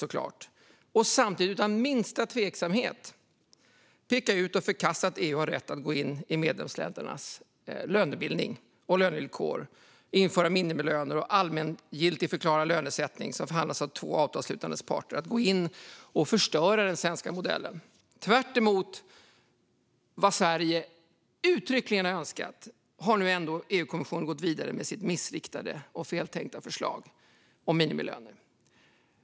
Och man kan samtidigt utan minska tveksamhet peka ut och förkasta att EU har rätt att gå in i medlemsländernas lönebildning och lönevillkor, att införa minimilöner och att allmängiltigförklara lönesättning som förhandlas av två avtalsslutande parter. Det är att gå in och förstöra den svenska modellen. Tvärtemot vad Sverige uttryckligen har önskat har nu ändå EU-kommissionen gått vidare med sitt missriktade och feltänkta förslag om minimilöner.